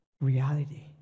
reality